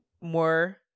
more